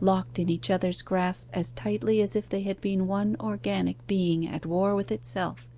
locked in each other's grasp as tightly as if they had been one organic being at war with itself